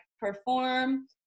perform